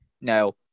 No